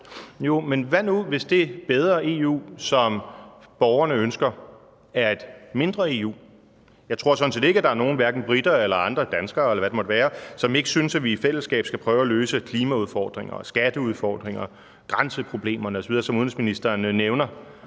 Jo, men hvad nu, hvis det bedre EU, som borgerne ønsker, er et mindre EU? Jeg tror sådan set ikke, at der er nogen – hverken briter eller andre danskere, eller hvad det måtte være – som ikke synes, at vi i fællesskab skal prøve at løse klimaudfordringer, skatteudfordringer og grænseproblemer osv., som udenrigsministeren nævner.